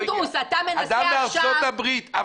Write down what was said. אדם מארצות הברית.